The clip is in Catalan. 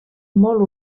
molt